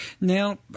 now